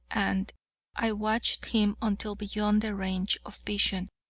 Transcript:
and i watched him until beyond the range of vision,